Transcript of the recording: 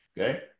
Okay